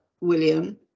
William